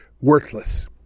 worthless